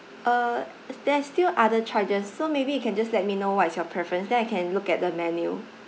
uh s~ there are still other choices so maybe you can just let me know what's your preference then I can look at the menu